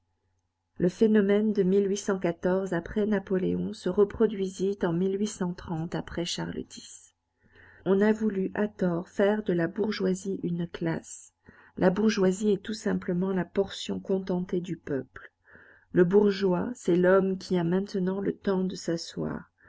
le phénomène de après napoléon se reproduisit en après charles x on a voulu à tort faire de la bourgeoisie une classe la bourgeoisie est tout simplement la portion contentée du peuple le bourgeois c'est l'homme qui a maintenant le temps de s'asseoir